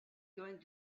going